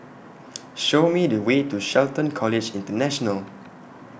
Show Me The Way to Shelton College International